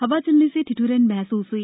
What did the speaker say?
हवा चलने से ठिठ्रन महसूस ह्ई